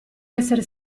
essere